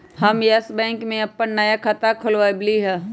हम Yes Bank में अप्पन नया खाता खोलबईलि ह